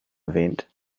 event